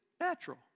natural